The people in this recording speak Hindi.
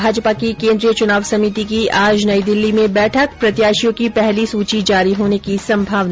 भाजपा की केन्द्रीय चुनाव समिति की आज नई दिल्ली में बैठक प्रत्याशियों की पहली सूची जारी होने की संभावना